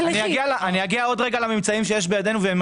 אני אגיע עוד רגע לממצאים שיש בידנו.